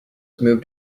moved